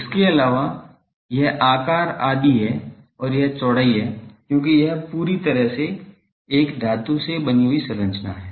इसके अलावा यह आकार आदि है और यह चौड़ाई है क्योंकि यह पूरी तरह से एक धातु संरचना है